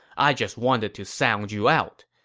i just wanted to sound you out.